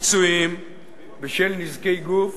פיצויים בשל נזקי גוף